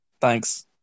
thanks